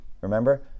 remember